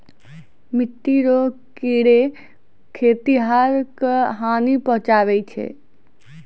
मिट्टी रो कीड़े खेतीहर क हानी पहुचाबै छै